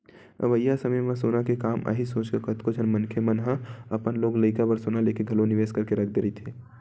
अवइया समे म सोना के काम आही सोचके कतको झन मनखे मन ह अपन लोग लइका बर सोना लेके घलो निवेस करके रख दे रहिथे